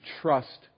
trust